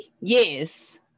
yes